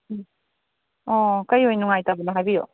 ꯑꯣ ꯀꯩ ꯑꯣꯏꯅ ꯅꯨꯡꯉꯥꯏꯇꯕꯅꯣ ꯍꯥꯏꯕꯤꯌꯨ